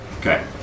Okay